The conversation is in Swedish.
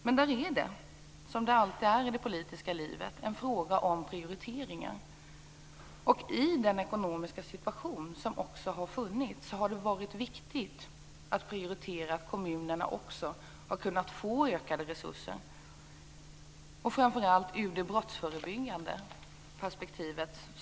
Men det är, som alltid i det politiska livet, en fråga om prioriteringar. I den rådande ekonomiska situationen har det framför allt ur det brottsförebyggande perspektivet varit viktigt att prioritera ökade resurser till kommunerna, vilket vi tog upp i föregående debatt.